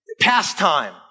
pastime